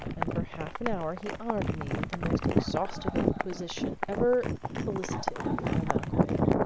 and for half an hour he honored me with the most exhaustive inquisition ever elicited from a medical man.